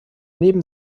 neben